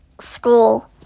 school